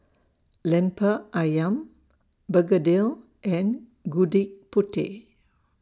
Lemper Ayam Begedil and Gudeg Putih